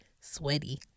Sweaty